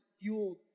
fueled